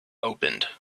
opened